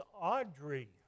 Audrey